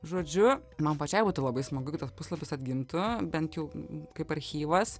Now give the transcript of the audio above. žodžiu man pačiai būtų labai smagu kai tas puslapis atgimtų bent jau kaip archyvas